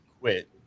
quit